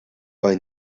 bei